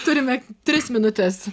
turime tris minutes